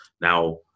Now